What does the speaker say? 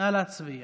נא להצביע.